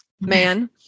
man